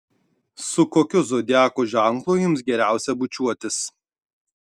su kokiu zodiako ženklu jums geriausia bučiuotis